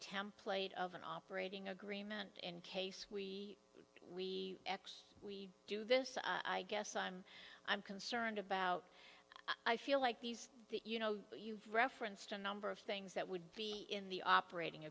template of an operating agreement in case we we x we do this i guess i'm i'm concerned about i feel like these you know you referenced a number of things that would be in the operating